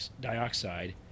dioxide